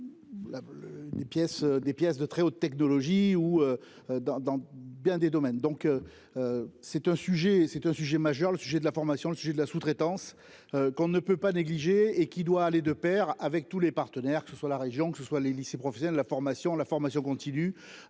des pièces de très haute technologie ou. Dans, dans bien des domaines, donc. C'est un sujet c'est un sujet majeur le sujet de la formation. Le sujet de la sous-traitance qu'on ne peut pas négliger et qui doit aller de Pair avec tous les partenaires, que ce soit la région que ce soit les lycées professionnels, la formation, la formation continue.